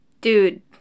Dude